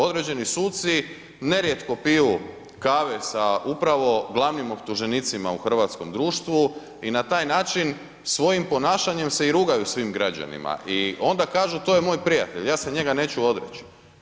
Određeni suci nerijetko piju kave sa upravo glavnim optuženicima u hrvatskom društvu i na taj način, svojim ponašanjem se i rugaju svim građanima i onda kažu, to je moj prijatelj, ja se njega neću odreći.